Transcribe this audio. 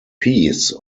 peace